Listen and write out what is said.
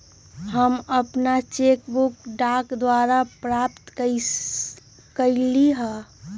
हम अपन cheque book डाक द्वारा प्राप्त कईली ह